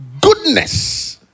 goodness